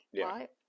right